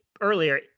earlier